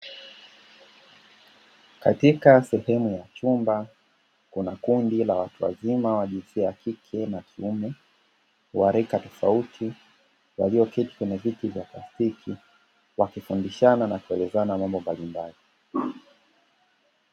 Katika sehemu ya chumba kuna kundi la watu wazima wa jinsia ya kike na kiume wa rika tofauti, walioketi kwenye viti vya plastiki wakifundishana na kuelezana mambo mbalimbali.